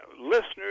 listeners